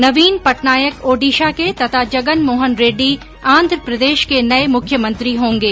नवीन पटनायक ओडिशा के तथा जगन मोहन रेड्डी आंध्रप्रदेश के नए मुख्यमंत्री होंगे